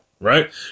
right